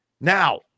Now